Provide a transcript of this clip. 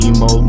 Emo